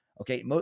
Okay